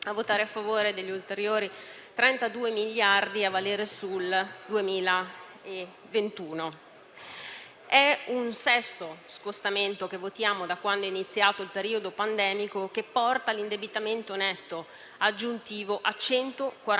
è particolarmente importante che ci concentriamo sulla crescita e sul PIL. Se è vero che in questo momento tutta la politica economica è strettamente legata con effetti uguali e contrari all'atteggiamento che